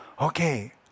okay